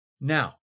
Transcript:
Now